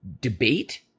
debate